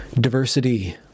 Diversity